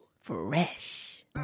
Fresh